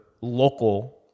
local